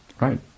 Right